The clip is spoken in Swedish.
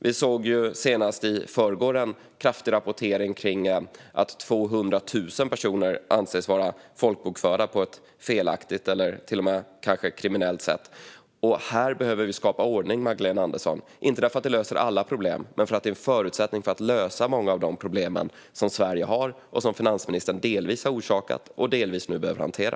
Vi såg senast i förrgår rapportering om att 200 000 personer anses vara folkbokförda på ett felaktigt eller kanske till och med kriminellt sätt. Här behöver vi skapa ordning, Magdalena Andersson, inte för att det löser alla problem men för att det är en förutsättning för att lösa många av de problem som Sverige har och som finansministern delvis har orsakat och nu behöver hantera.